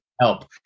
help